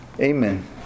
Amen